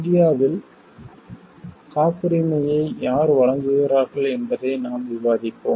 இந்தியாவில் காப்புரிமையை யார் வழங்குகிறார்கள் என்பதை நாம் விவாதிப்போம்